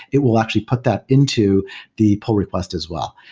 it will actually put that into the pull request as well.